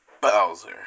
Bowser